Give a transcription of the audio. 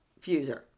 fuser